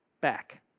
back